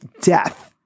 death